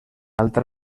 altra